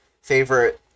favorite